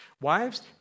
Wives